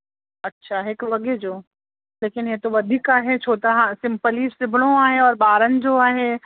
अच्छा हिकु वॻे जो लेकिन इहो त वधीक आहे छो त सिंपल ई सिबणो आहे और ॿारनि जो आहे